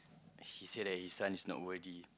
he said that his son is not worthy